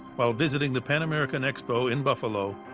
while visiting the pan-american expo in buffalo,